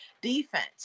defense